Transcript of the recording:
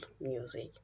music